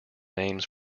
names